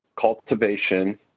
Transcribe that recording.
cultivation